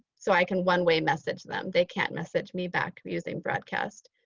so i can one way message them. they can't message me back using broadcast.